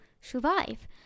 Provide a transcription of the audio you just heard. survive